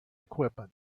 equipment